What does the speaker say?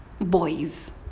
Boys